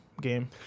game